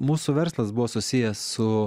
mūsų verslas buvo susijęs su